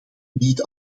niet